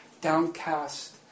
downcast